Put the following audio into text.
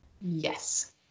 yes